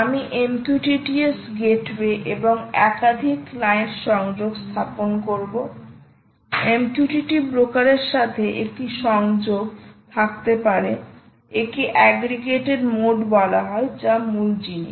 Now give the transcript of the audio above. আমি MQTT S gateway এবং একাধিক ক্লায়েন্ট সংযোগ স্থাপন করব MQTT ব্রোকারের সাথে একটি সংযোগ থাকতে পারে একে এগ্রিগ্রেটেড মোড বলা হয় যা মূল জিনিস